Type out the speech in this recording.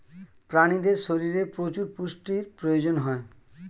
প্রাণীদের শরীরে প্রচুর পুষ্টির প্রয়োজন হয়